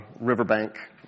riverbank